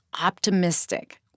optimistic